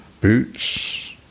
boots